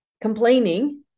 complaining